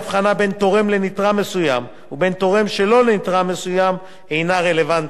ההבחנה בין תורם לנתרם מסוים ובין תורם שלא לנתרם מסוים אינה רלוונטית.